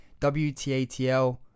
WTATL